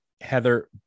Heather